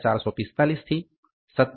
89445 થી 57